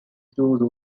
through